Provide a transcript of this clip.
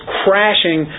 crashing